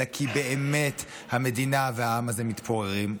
אלא כי באמת המדינה והעם הזה מתפוררים,